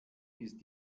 ist